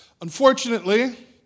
Unfortunately